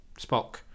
spock